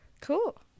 cool